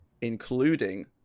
including